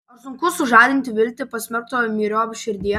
ar sunku sužadinti viltį pasmerktojo myriop širdyje